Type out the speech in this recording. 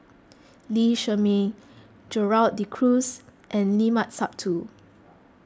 Lee Shermay Gerald De Cruz and Limat Sabtu